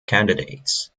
candidates